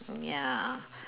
mm ya